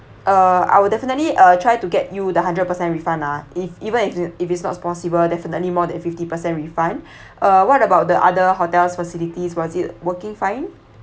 uh I will definitely uh try to get you the hundred percent refund ah if even if even if it's not possible definitely more than fifty percent refund uh what about the other hotels facilities was it working fine